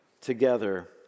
together